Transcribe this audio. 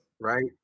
right